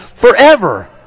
forever